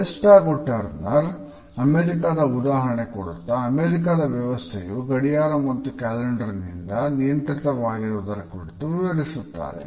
West ಹಾಗೂ Turner ಅಮೇರಿಕಾದ ಉದಾಹರಣೆ ಕೊಡುತ್ತಾ ಅಮೇರಿಕಾದ ವ್ಯವಸ್ಥೆಯು ಗಡಿಯಾರ ಮತ್ತು ಕ್ಯಾಲೆಂಡರ್ ನಿಂದ ನಿಯಂತ್ರಿತವಾಗಿರುವುದರ ಕುರಿತು ವಿವರಿಸುತ್ತಾರೆ